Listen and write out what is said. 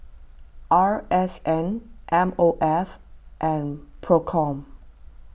R S N M O F and P R O C O M